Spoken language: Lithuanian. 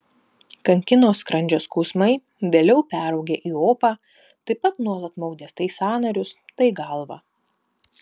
kankino skrandžio skausmai vėliau peraugę į opą taip pat nuolat maudė tai sąnarius tai galvą